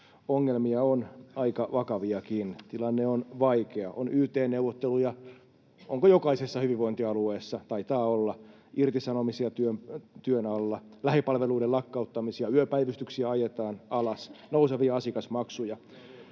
Ongelmia on, aika vakaviakin. Tilanne on vaikea. On yt-neuvotteluja — onko jokaisella hyvinvointialueella, taitaa olla — ja irtisanomisia työn alla, lähipalveluiden lakkauttamisia, yöpäivystyksiä ajetaan alas, nousevia asiakasmaksuja.